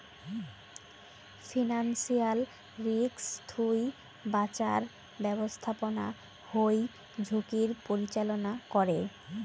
financial risk থুই বাঁচার ব্যাপস্থাপনা হই ঝুঁকির পরিচালনা করে